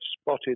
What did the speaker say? spotted